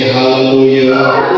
hallelujah